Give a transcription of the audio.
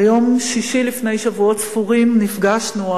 ביום שישי לפני שבועות ספורים נפגשנו,